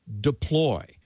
deploy